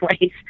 ways